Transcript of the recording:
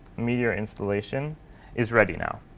meteor installation is ready now.